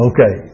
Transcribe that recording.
Okay